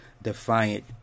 Defiant